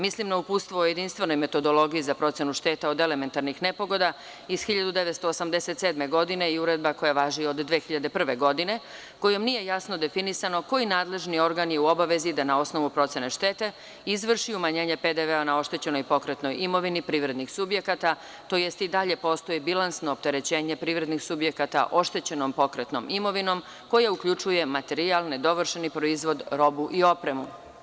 Mislim na uputstvo o jedinstvenoj metodologiji za procenu šteta od elementarnih nepogoda iz 1987. godine i uredba koja važi od 2001. godine, kojom nije jasno definisano koji nadležni organ je u obavezi da na osnovu procene štete izvrši umanjenje PDV na oštećenoj pokretnoj imovini privrednih subjekata, tj. i dalje postoji bilansno opterećenje privrednih subjekata oštećenom pokretnom imovinom koja uključuje materijal, nedovršeni proizvod, robu i opremu.